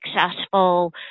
successful